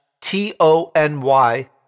T-O-N-Y